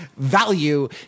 value